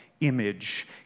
image